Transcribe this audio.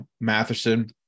Matheson